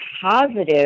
positive